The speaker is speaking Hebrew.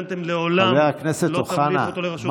אתם לעולם לא תעמידו אותו לראשות ממשלה?